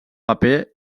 paper